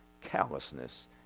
callousness